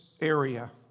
area